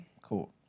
cool